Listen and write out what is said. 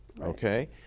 Okay